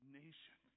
nation